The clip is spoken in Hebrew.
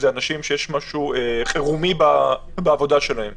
זה אנשים שיש משהו חירומי בעבודה שלהם.